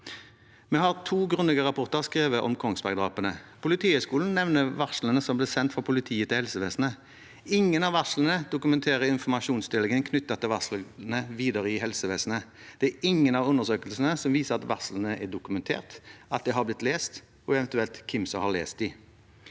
Vi har hatt to grundige rapporter som er skrevet om Kongsberg-drapene. Politihøgskolen nevner varslene som ble sendt fra politiet til helsevesenet. Ingen av varslene dokumenterer informasjonsdelingen knyttet til varslene videre i helsevesenet, det er ingen av undersøkelsene som viser at varslene er dokumentert, at de har blitt lest, og eventuelt hvem som har lest dem.